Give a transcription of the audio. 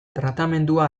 tratamendua